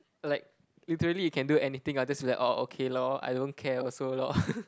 like literally you can do anything I'll just be like orh okay lor I don't care also lor